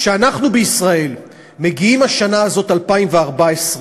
כשאנחנו בישראל מגיעים בשנה הזאת, 2014,